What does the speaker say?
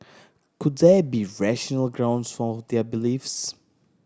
could there be rational grounds for their beliefs